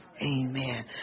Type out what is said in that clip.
Amen